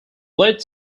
late